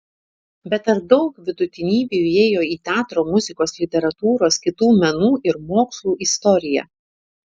bet ar daug vidutinybių įėjo į teatro muzikos literatūros kitų menų ir mokslų istoriją